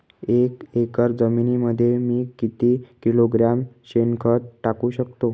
एक एकर जमिनीमध्ये मी किती किलोग्रॅम शेणखत टाकू शकतो?